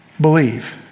believe